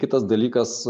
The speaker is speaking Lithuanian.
kitas dalykas